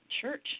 church